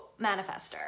manifester